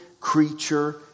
creature